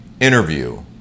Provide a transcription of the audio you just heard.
interview